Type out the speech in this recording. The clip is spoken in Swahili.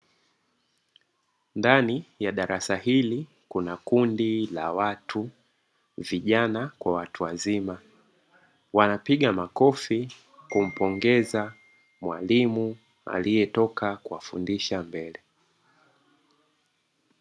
Ndani ya darasa hili, kuna kundi la watu vijana kwa watu wazima, wanapiga makofi kumpongeza mwalimu aliyetoka kuwafundisha mbele.